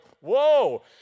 whoa